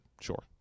sure